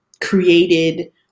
created